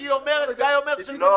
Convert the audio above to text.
שהיא אומרת זה נכון.